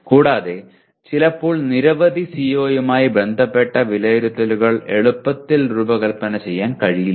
കൂടാതെ ചിലപ്പോൾ നിരവധി സിഒയുമായി ബന്ധപ്പെട്ട വിലയിരുത്തലുകൾ എളുപ്പത്തിൽ രൂപകൽപ്പന ചെയ്യാൻ കഴിയില്ല